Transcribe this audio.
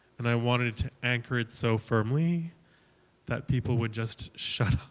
and i wanted to anchor it so firmly that people would just shut up